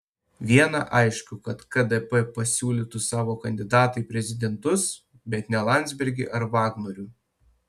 viena aišku kad kdp pasiūlytų savo kandidatą į prezidentus bet ne landsbergį ar vagnorių